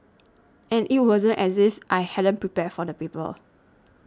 and it wasn't as if I hadn't prepared for the paper